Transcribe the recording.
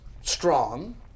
strong